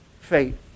faith